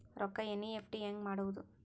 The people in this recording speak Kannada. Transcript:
ರೊಕ್ಕ ಎನ್.ಇ.ಎಫ್.ಟಿ ಹ್ಯಾಂಗ್ ಮಾಡುವುದು?